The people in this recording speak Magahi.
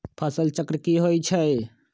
फसल चक्र की होई छै?